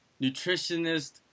nutritionist